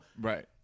Right